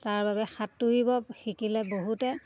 তাৰ বাবে সাঁতুৰিব শিকিলে বহুতে